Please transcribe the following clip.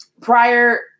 Prior